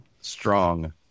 strong